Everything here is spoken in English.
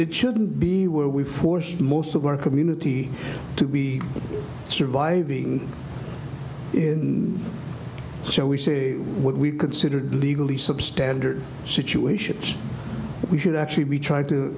it shouldn't be where we force most of our community to be surviving in so we say what we considered legally substandard situations we should actually be tr